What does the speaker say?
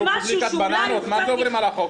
כדי שהם לא יעברו על החוק,